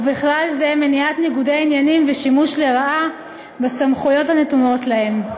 ובכלל זה מניעת ניגודי עניינים ושימוש לרעה בסמכויות הנתונות להם.